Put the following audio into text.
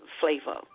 flavor